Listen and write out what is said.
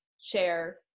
share